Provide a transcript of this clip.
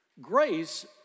Grace